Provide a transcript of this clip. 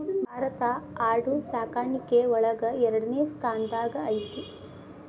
ಭಾರತಾ ಆಡು ಸಾಕಾಣಿಕೆ ಒಳಗ ಎರಡನೆ ಸ್ತಾನದಾಗ ಐತಿ